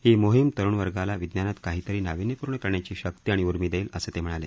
ही मोहीम तरुणवर्गाला विज्ञानात काहीतरी नाविन्यपूर्ण करण्याची शक्ती आणि उर्मी देईल असं ते म्हणाले